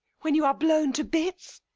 when you are blown to bits,